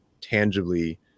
tangibly